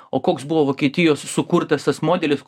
o koks buvo vokietijos sukurtas tas modelis